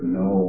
no